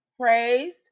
praise